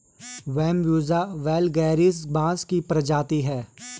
Bambusa vulgaris बाँस की प्रजाति है